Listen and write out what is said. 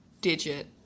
Digit